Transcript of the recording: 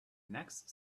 next